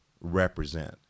represent